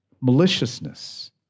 maliciousness